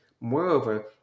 Moreover